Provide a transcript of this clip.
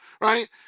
Right